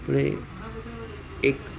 આપણે એક